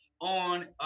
on